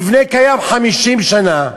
מבנה קיים 50 שנה,